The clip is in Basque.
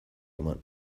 eman